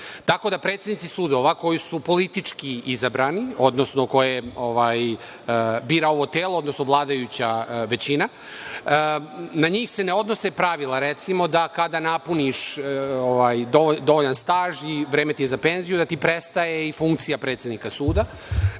Tako da predsednici sudova koji su politički izabrani, odnosno koje bira ovo telo, odnosno vladajuća većina, na njih se ne odnose pravila, recimo, da kada napuniš dovoljan staž i vreme ti je za penziju, da ti prestaje i funkcija predsednika suda